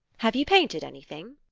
have you painted anything?